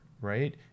right